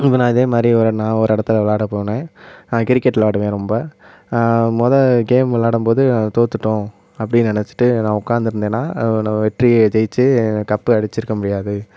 even அதே மாதிரி ஒரு நான் ஒரு இடத்துல வெளாட போனேன் நான் கிரிக்கெட் வெள்ளாடுவேன் ரொம்ப மொதல் கேம் வெளாடும் போது தோத்துட்டோம் அப்படியே நினச்சிட்டு நான் உக்கார்ந்துருந்தேனா அது ஒரு வெற்றியை ஜெயிச்சு கப்பு அடிச்சுருக்க முடியாது